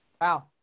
Wow